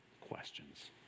questions